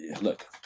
look